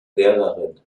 lehrerin